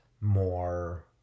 more